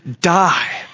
die